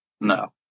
No